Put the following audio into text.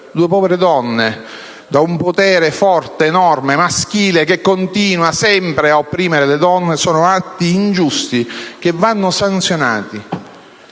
due povere donne da un potere forte, enorme, maschile, che continua sempre a opprimere le donne, sono atti ingiusti che vanno sanzionati.